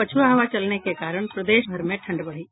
पछ्आ हवा चलने के कारण प्रदेशभर में ठंड बढ़ी